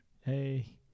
Hey